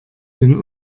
den